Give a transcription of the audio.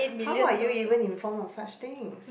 how are you even informed of such things